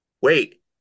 Wait